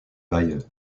bayeux